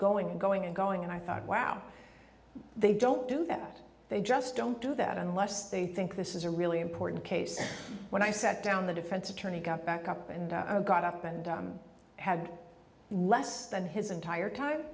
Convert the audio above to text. going and going and going and i thought wow they don't do that they just don't do that unless they think this is a really important case when i sat down the defense attorney got back up and got up and had less than his entire time